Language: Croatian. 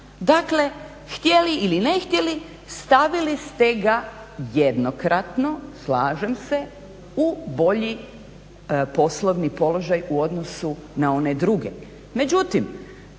dakle htjeli ili ne htjeli stavili ste ga jednokratno, slažem se, u bolji poslovni položaj u odnosu na one druge.